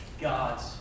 God's